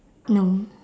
no